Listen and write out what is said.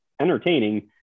entertaining